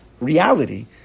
reality